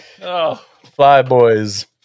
Flyboys